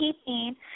keeping